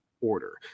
order